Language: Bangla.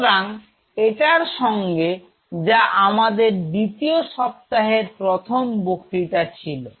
সুতরাং এটার সঙ্গে যা আমাদের দ্বিতীয় সপ্তাহের প্রথম বক্তিতা ছিল